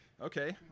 Okay